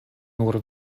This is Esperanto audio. nur